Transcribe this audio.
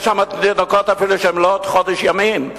יש שם תינוקות שהם אפילו לא בני חודש ימים.